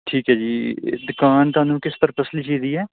ਠੀਕ ਹੈ ਜੀ ਦੁਕਾਨ ਤੁਹਾਨੂੰ ਕਿਸ ਪ੍ਰਪਸ ਲਈ ਚਾਹੀਦੀ ਹੈ